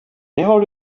har